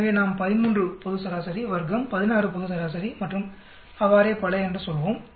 எனவே நாம் 13 பொது சராசரி வர்க்கம் 16 பொது சராசரி மற்றும் அவ்வாறே பல என்று சொல்வோம்